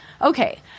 okay